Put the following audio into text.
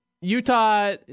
Utah